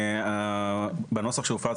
בנוסח שהופץ,